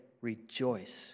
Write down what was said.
rejoice